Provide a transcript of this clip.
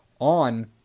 on